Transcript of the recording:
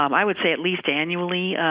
um i would say at least annually.